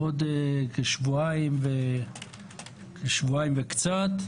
עוד כשבועיים וקצת,